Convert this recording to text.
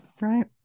Right